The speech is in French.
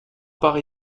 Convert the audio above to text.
part